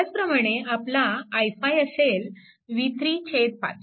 त्याचप्रमाणे आपला i5 असेल v3 5